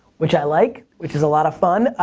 which i like. which is a lot of fun.